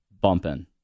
bumping